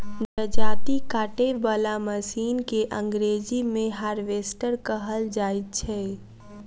जजाती काटय बला मशीन के अंग्रेजी मे हार्वेस्टर कहल जाइत छै